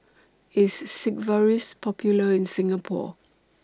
IS Sigvaris Popular in Singapore